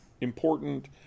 important